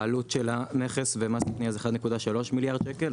העלות של המכס ומס קנייה זה 1.3 מיליארד שקלים,